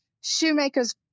shoemaker's